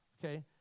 okay